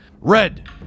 Red